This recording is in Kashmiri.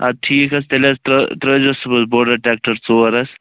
اَدٕ ٹھیٖک حظ تیٚلہِ حظ ترٛٲو ترٛٲوزیٚو صُبحس بورڈَر ٹریکٹَر ژور حظ